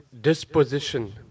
disposition